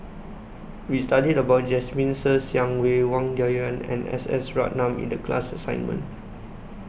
We studied about Jasmine Ser Xiang Wei Wang Dayuan and S S Ratnam in The class assignment